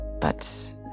But